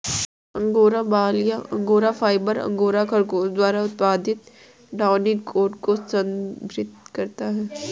angora बाल या angora fibre, angora खरगोश द्वारा उत्पादित डाउनी कोट को संदर्भित करता है